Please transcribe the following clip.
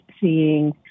seeing